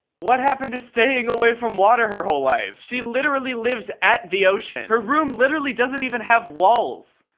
what happened to staying away from water her whole life? she literally lives at the ocean. her room literally doesn't even have walls.